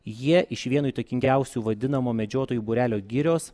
jie iš vieno įtakingiausių vadinamo medžiotojų būrelio girios